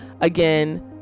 Again